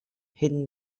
hitting